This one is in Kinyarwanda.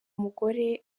umugore